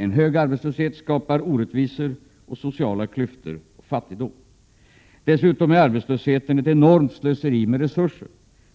En hög arbetslöshet skapar orättvisor, sociala klyftor och fattigdom. Dessutom är arbetslösheten ett enormt slöseri med resurser,